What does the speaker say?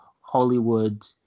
hollywood